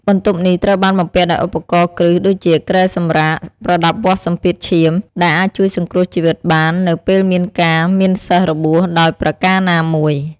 បន្ទប់នេះត្រូវបានបំពាក់ដោយឧបករណ៍គ្រឹះដូចជាគ្រែសម្រាក ប្រដាប់វាស់សម្ពាធឈាម ដែលអាចជួយសង្គ្រោះជីវិតបាននៅពេលមានការមានសិស្សរបួសដោយប្រការណាមួយ។